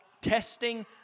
testing